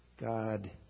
God